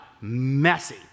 messy